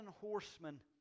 horsemen